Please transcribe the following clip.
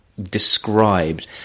described